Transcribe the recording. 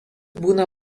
būna